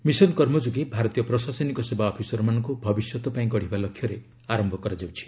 mission Karmayogi ଭାରତୀୟ ପ୍ରଶାସନିକ ସେବା ଅଫିସରମାନଙ୍କୁ ଭବିଷ୍ୟତ ପାଇଁ ଗଢ଼ିବା ଲକ୍ଷ୍ୟରେ ଆରମ୍ଭ କରାଯାଉଛି